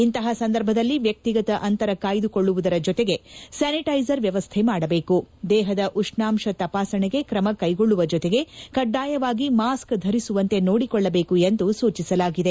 ಇಂತಹ ಸಂದರ್ಭದಲ್ಲಿ ವ್ಯಕ್ತಿಗತ ಅಂತರ ಕಾಯ್ದುಕೊಳ್ಳುವರ ಜೊತೆ ಸ್ಥಾನಿಟ್ಟೆಸರ್ ವ್ವವಸ್ಥೆ ಮಾಡಬೇಕು ದೇಹದ ಉಷ್ಣಾಂಶ ತಪಾಸಣೆಗೆ ಕ್ರಮ ತೆಗೆದುಕೊಳ್ಳುವ ಜೊತೆಗೆ ಕಡ್ಡಾಯವಾಗಿ ಮಾಸ್ಕ್ ಧರಿಸುವಂತೆ ನೋಡಿಕೊಳ್ಳಬೇಕು ಎಂದು ಸೂಚಿಸಲಾಗಿದೆ